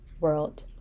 world